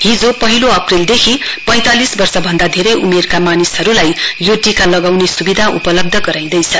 हिजो पहिलो अप्रेलदेखि पैंतालिस वर्षभन्दा धेरै उमेरका मानिसहरूलाई यो टीका लगाउने सुविधा उपलब्ध गराइँदैछ